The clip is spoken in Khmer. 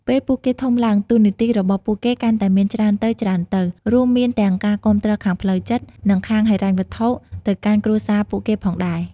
ពេលពួកគេធំឡើង តួនាទីរបស់ពួកគេកាន់តែមានច្រើនទៅៗ រួមមានទាំងការគាំទ្រខាងផ្លូវចិត្ត និងខាងហិរញ្ញវត្ថទៅកាន់គ្រួសារពួកគេផងដែរ។